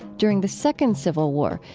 during the second civil war,